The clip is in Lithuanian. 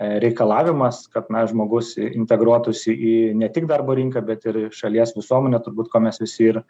reikalavimas kad na žmogus integruotųsi į ne tik darbo rinką bet ir šalies visuomenę turbūt ko mes visi ir